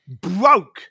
Broke